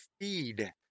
feed